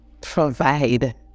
provide